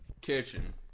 kitchen